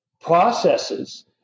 processes